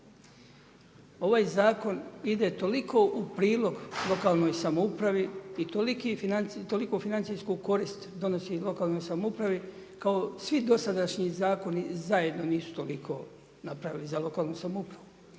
Ovaj zakon ide toliko u prilog lokalnoj samoupravi i toliku financijsku korist donosi lokalnoj samoupravi, kao i svi dosadašnji zakoni zajedno nisu toliko napravili za lokalnu samoupravu.